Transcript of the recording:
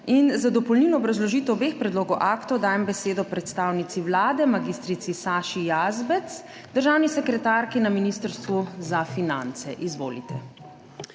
Za dopolnilno obrazložitev obeh predlogov aktov dajem besedo predstavnici Vlade mag. Saši Jazbec, državni sekretarki na Ministrstvu za finance. Izvolite.